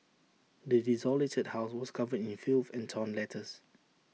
the desolated house was covered in filth and torn letters